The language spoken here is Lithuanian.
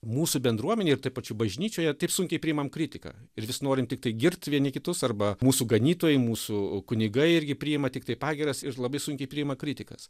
mūsų bendruomenė ir tuo pačiu bažnyčioje taip sunkiai priimam kritiką ir vis norim tiktai girt vieni kitus arba mūsų ganytojai mūsų kunigai irgi priima tiktai pagyras ir labai sunkiai priima kritikas